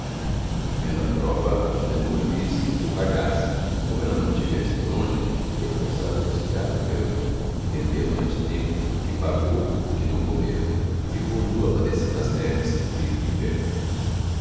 e a rã desejava hum rato passar hum rio e temia por não saber nadar pedio ajuda a huma rã a qual se ollereceo delo ante tempo do que pagou o que não comera e ficou nua padecendo as neves e frios do inverno